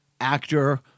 actor